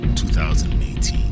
2018